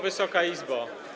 Wysoka Izbo!